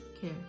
care